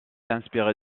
inspiré